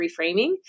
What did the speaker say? reframing